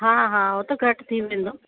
हा हा हो त घटि थी वेंदो